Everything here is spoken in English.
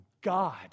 God